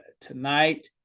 tonight